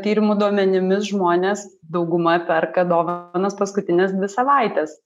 tyrimų duomenimis žmonės dauguma perka dovanas paskutines dvi savaites